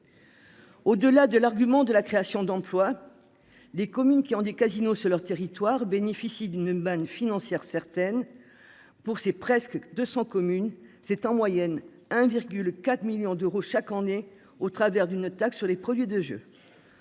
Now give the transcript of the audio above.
Au-delà de l'argument de la création d'emplois. Les communes qui ont des casinos sur leur territoire bénéficie d'une manne financière certaines. Pour, c'est presque 200 communes, c'est en moyenne 1,4 millions d'euros chaque année au travers d'une taxe sur les produits de jeu.